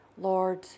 Lord